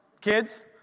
Kids